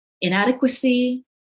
inadequacy